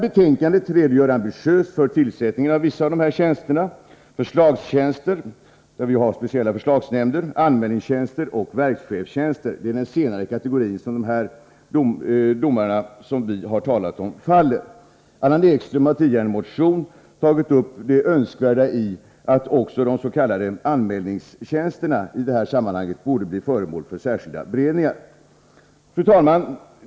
Betänkandet redogör ambitiöst för tillsättningen av vissa av dessa tjänster, t.ex. förslagstjänster — där tillgång finns till speciella förslagsnämnder — anmälningstjänster och verkschefstjänster. Det är under den senare kategorin som de domare vi har talat om faller. Allan Ekström har tidigare i en motion tagit upp det önskvärda i att också de s.k. anmälningstjänsterna borde bli föremål för särskilda beredningar. Fru talman!